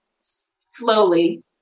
slowly